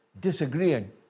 disagreeing